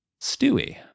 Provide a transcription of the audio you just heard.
Stewie